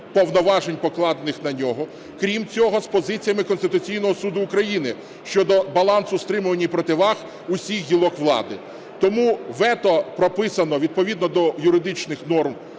повноважень, покладених на нього, крім цього, з позиціями Конституційного Суду України щодо балансу стримувань і противаг усіх гілок влади. Тому вето прописано відповідно до юридичних норм